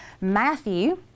matthew